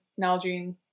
Nalgene